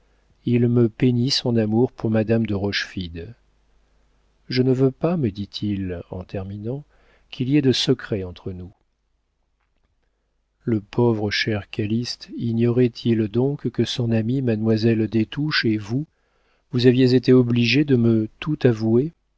il me peignit son amour pour madame de rochefide je ne veux pas me dit-il en terminant qu'il y ait de secrets entre nous le pauvre cher calyste ignorait il donc que son amie mademoiselle des touches et vous vous aviez été obligées de me tout avouer